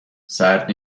سرد